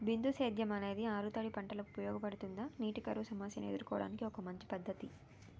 బిందు సేద్యం అనేది ఆరుతడి పంటలకు ఉపయోగపడుతుందా నీటి కరువు సమస్యను ఎదుర్కోవడానికి ఒక మంచి పద్ధతి?